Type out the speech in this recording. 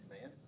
man